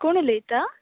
कोण उलयतां